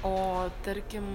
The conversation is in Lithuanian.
o tarkim